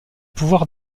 pouvoir